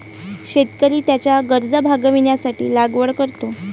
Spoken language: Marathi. शेतकरी त्याच्या गरजा भागविण्यासाठी लागवड करतो